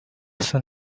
basa